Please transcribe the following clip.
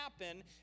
happen